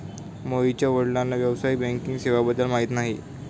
मोहितच्या वडिलांना व्यावसायिक बँकिंग सेवेबद्दल माहिती नाही